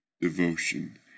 devotion